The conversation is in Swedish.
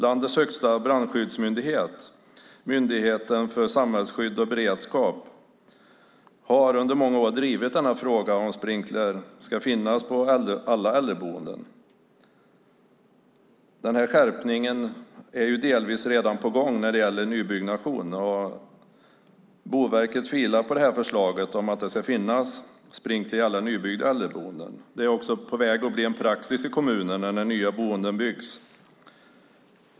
Landets högsta brandskyddsmyndighet, Myndigheten för samhällsskydd och beredskap, har under många år drivit denna fråga om att sprinkler ska finnas på alla äldreboenden. Denna skärpning är delvis redan på gång när det gäller nybyggnation. Boverket filar på detta förslag om att det ska finnas sprinkler i alla nybyggda äldreboenden. Det är också på väg att bli en praxis i kommunerna när nya boenden byggs.